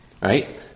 Right